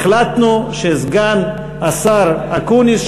החלטנו שסגן השר אקוניס,